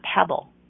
pebble